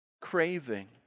craving